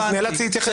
אז נאלצתי להתייחס לזה.